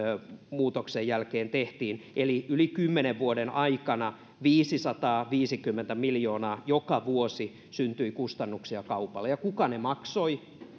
muutoksen jälkeen tehtiin eli yli kymmenen vuoden aikana viisisataaviisikymmentä miljoonaa joka vuosi syntyi kustannuksia kaupalle ja kuka ne maksoi